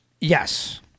Yes